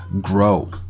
grow